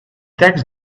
tax